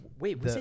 Wait